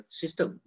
system